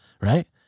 right